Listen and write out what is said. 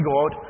God